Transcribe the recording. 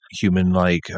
Human-like